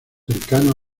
cercano